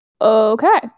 Okay